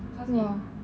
!wah!